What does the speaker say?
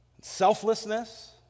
selflessness